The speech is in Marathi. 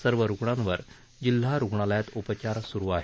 सर्व रुग्णांवर जिल्हा रुग्णालयात उपचार सुरू आहेत